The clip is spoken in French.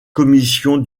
commission